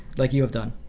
like you have done.